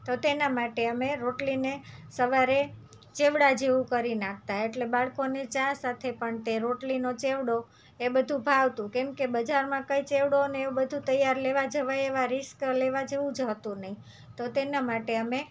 તો તેના માટે અમે રોટલીને સવારે ચેવડા જેવું કરી નાખતાં એટલે બાળકોને ચા સાથે પણ તે રોટલીનો ચેવડો એ બધું ભાવતું કેમ કે બજારમાં કંઈ ચેવડોને એવું બધું તૈયાર લેવા જવાય એવા રિસ્ક લેવા જેવું જ હતું નહીં